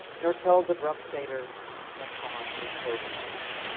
nor tells of rough satyrs and fauns with cloven heel.